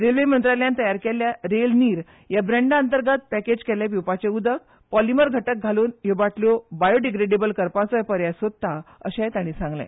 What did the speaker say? रेल्वे मंत्रालयान तयार केल्ल्या रेल नीर ह्या ब्रँडा अंतर्गत पॅकेज केल्ले पिवपाचे उदक पॉलिमर घटक घालून ह्यो वाटल्यो बायोडिग्रडेबल करपाच्योय पर्याय सोदता अशेय ताणी सांगले